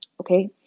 okay